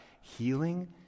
healing